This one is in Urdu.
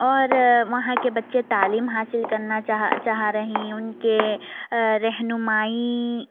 اور وہاں کے بچے تعلیم حاصل کرنا چاہ چاہ رہے ہیں ان کے رہنمائی